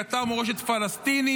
היא אתר מורשת פלסטיני,